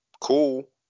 cool